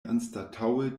anstataŭe